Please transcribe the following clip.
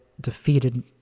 defeated